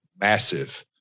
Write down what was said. massive